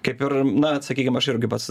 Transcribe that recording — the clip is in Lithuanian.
kaip ir na sakykim aš irgi pats